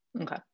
Okay